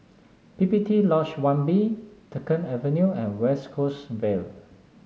P P T Lodge One B Dunkirk Avenue and West Coast Vale